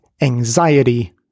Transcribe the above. anxiety